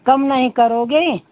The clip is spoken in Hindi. कम नहीं करोगे